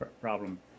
problem